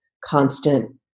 constant